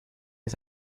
ist